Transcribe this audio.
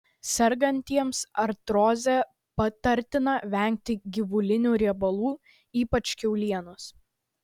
sergantiems artroze patartina vengti gyvulinių riebalų ypač kiaulienos